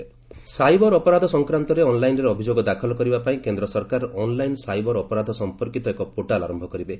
centre cyber cyber ଅପରାଧ ସଂକ୍ରାନ୍ତରେ ଅନ୍ଲାଇନ୍ରେ ଅଭିଯୋଗ ଦାଖଲ କରିବା ପାଇଁ କେନ୍ଦ୍ ସରକାର ଅନ୍ଲାଇନ୍ ସାଇବର ଅପରାଧ ସମ୍ପର୍କୀତ ଏକ ପୋର୍ଟାଲ୍ ଆରମ୍ଭ କରିବେ